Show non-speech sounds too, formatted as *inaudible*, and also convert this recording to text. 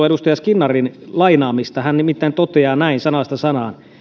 *unintelligible* edustaja skinnarin lainaamista hän nimittäin toteaa näin sanasta sanaan